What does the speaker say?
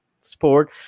sport